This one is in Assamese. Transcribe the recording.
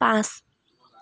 পাঁচ